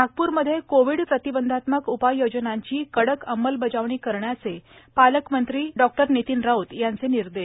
नागपूरमध्ये कोविड प्रतिबंधात्मक उपाययोजनांची कडक अंमलबजावणी करण्याचे पालकमंत्री नितीन राऊत यांचे निर्देश